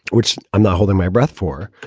which i'm not holding my breath for,